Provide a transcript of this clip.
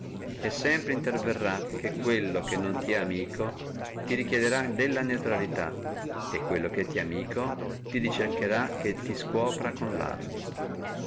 e sempre interverrà che colui che non è amico ti ricercherà della neutralità e quello che ti è amico ti richiederà che ti scuopra con le arme